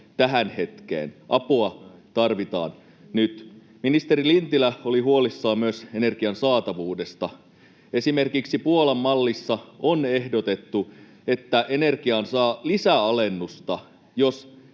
tähän hetkeen. Apua tarvitaan nyt. Ministeri Lintilä oli huolissaan myös energian saatavuudesta. Esimerkiksi Puolan mallissa on ehdotettu, että energiaan saa lisäalennusta, jos